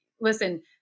listen